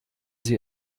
sie